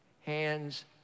hands